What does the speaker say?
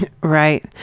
Right